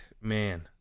Man